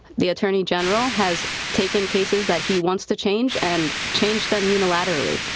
the attorney general has taken cases that he wants to change and changed them unilaterally,